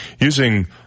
Using